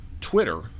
Twitter